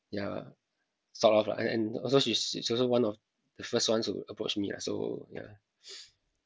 yeah sort of lah and and also she's she's also one of the first ones who approached me lah so ya